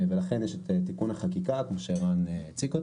ולכן ישנו תיקון החקיקה כפי שהוצג על ידי ערן.